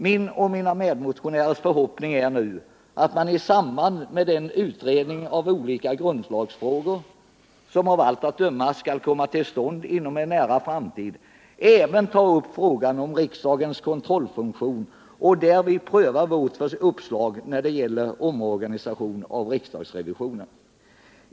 Min och mina medmotionärers förhoppning är nu att man i samband med den utredning av olika grundlagsfrågor som av allt att döma skall komma till stånd inom en nära framtid även tar upp frågan om riksdagens kontrollfunktion och därvid prövar vårt uppslag när det gäller omorganisationen av riksdagsrevisionen.